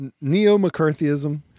Neo-McCarthyism